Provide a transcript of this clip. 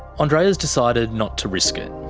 andreea has decided not to risk it.